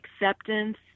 acceptance